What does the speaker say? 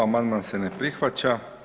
Amandman se ne prihvaća.